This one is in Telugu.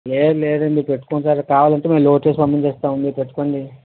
లేదు లేదు మీరు పెట్టుకోండి కావాలంటే మేము లోడ్ చేసి పంపించేస్తాం మీరు పెట్టుకోండి